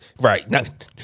Right